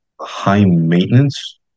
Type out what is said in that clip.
high-maintenance